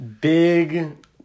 Big